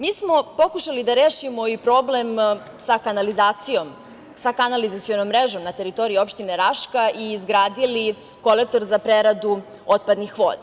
Mi smo pokušali da rešimo i problem sa kanalizacionom mrežom na teritoriji opštine Raška i izgradili kolektor za preradu otpadnih voda.